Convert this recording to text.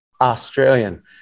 Australian